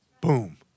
Boom